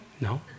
No